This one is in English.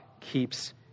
keeps